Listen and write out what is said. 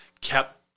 kept